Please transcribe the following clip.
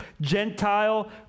Gentile